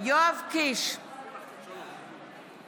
יואב קיש, בעד גלעד קריב, נגד שלמה